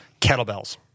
Kettlebells